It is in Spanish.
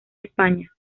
españa